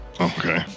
Okay